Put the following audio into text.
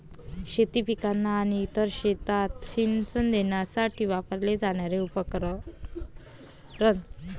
शेती पिकांना आणि इतर शेतांना सिंचन देण्यासाठी वापरले जाणारे उपकरण